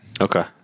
Okay